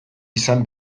izan